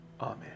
Amen